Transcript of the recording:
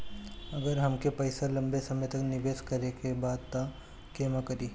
अगर हमके पईसा लंबे समय तक निवेश करेके बा त केमें करों?